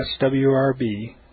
swrb